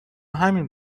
همین